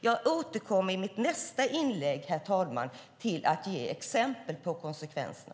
Jag återkommer i mitt nästa inlägg för att ge exempel på konsekvenserna.